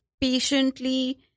patiently